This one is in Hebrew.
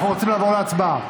אנחנו רוצים לעבור להצבעה.